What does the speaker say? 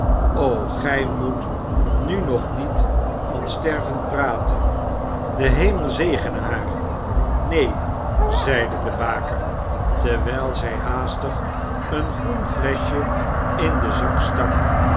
ê'j moet nu nog niet van sterven praten de hemel zegene haar neen zeide de baker terwijl zij haastig een groen fleschje in den zak stak